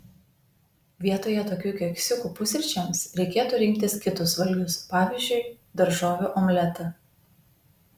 vietoje tokių keksiukų pusryčiams reikėtų rinktis kitus valgius pavyzdžiui daržovių omletą